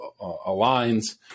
aligns